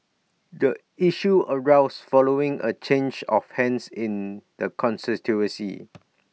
the issue arose following A change of hands in the constituency